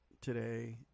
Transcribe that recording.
Today